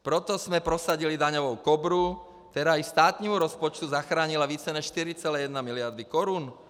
Proto jsme prosadili daňovou Kobru, která státnímu rozpočtu zachránila více než 4,1 mld. korun.